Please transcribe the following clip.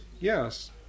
Yes